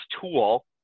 tool